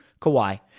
Kawhi